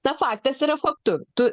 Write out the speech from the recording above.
tas faktas yra faktu tu